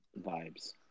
Vibes